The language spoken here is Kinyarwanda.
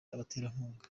abaterankunga